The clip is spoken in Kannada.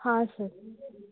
ಹಾಂ ಸರ್